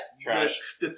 Trash